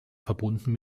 verbunden